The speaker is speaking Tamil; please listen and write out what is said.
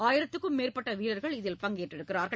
ஆயிரத்திற்கும் மேற்பட்ட வீரர்கள் இதில் பங்கேற்றுள்ளனர்